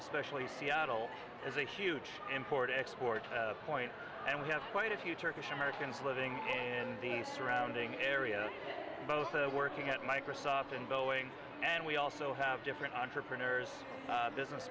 especially seattle is a huge import export point and we have quite a few turkish americans living in the surrounding area both working at microsoft and boeing and we also have different entrepreneurs business